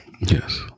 Yes